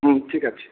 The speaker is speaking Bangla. হুম ঠিক আছে